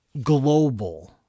global